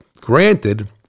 granted